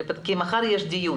מחר יש דיון